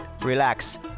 relax